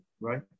right